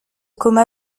coma